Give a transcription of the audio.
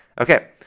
Okay